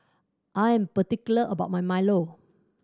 I am particular about my milo